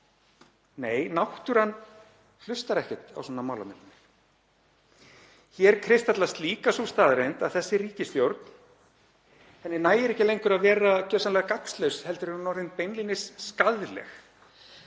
Nei, náttúran hlustar ekkert á svona málamiðlanir. Hér kristallast líka sú staðreynd að þessari ríkisstjórn nægir ekki lengur að vera gjörsamlega gagnslaus heldur er hún orðin beinlínis skaðleg.